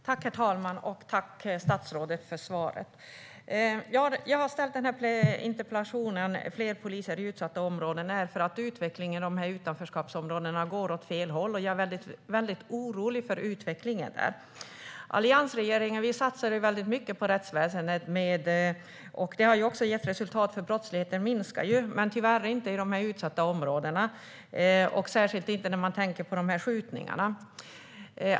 Herr talman! Tack, statsrådet, för svaret! Jag har ställt den här interpellationen om fler poliser i utsatta områden därför att utvecklingen i utanförskapsområdena går åt fel håll. Jag är väldigt orolig för den utvecklingen. Vi i alliansregeringen satsade väldigt mycket på rättsväsendet, och det har också gett resultat. Brottsligheten minskar ju, men tyvärr inte i de utsatta områdena, särskilt inte med tanke på skjutningarna.